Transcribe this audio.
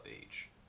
age